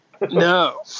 No